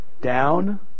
down